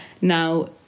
now